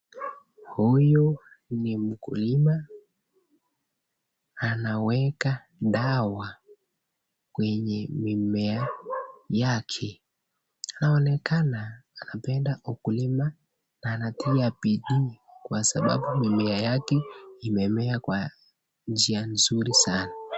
Huyu ni mkulima anaweka dawa kwenye mimie yake, anaokana kapenda mkulima anatia bidi kwa sababu mimiea yake imemea kwa njia nzuri sana.